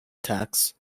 tax